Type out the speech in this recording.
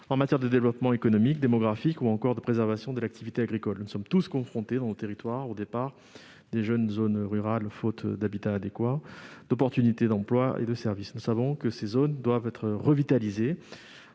en matière de développement économique et démographique ou de préservation de l'activité agricole. Nous sommes tous confrontés, dans nos territoires, au départ des jeunes des zones rurales, faute d'habitat adéquat, d'emplois et de services. Nous savons que ces zones doivent être revitalisées,